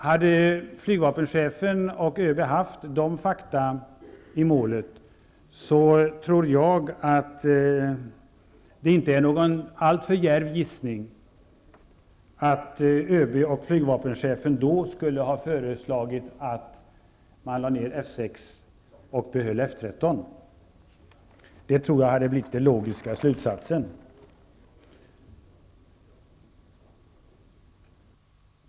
Hade flygvapenchefen och ÖB haft de fakta i målet, tror jag att det inte är en alltför djärv gissning att de skulle ha föreslagit att lägga ned F 6 Det tror jag hade blivit den logiska slutsatsen.